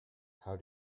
how